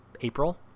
April